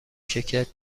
شرکت